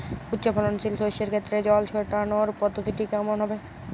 উচ্চফলনশীল শস্যের ক্ষেত্রে জল ছেটানোর পদ্ধতিটি কমন হবে?